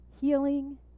healing